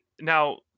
now